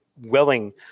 willing